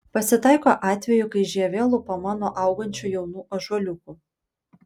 pasitaiko atvejų kai žievė lupama nuo augančių jaunų ąžuoliukų